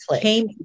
came